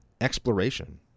Exploration